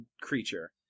creature